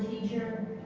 measure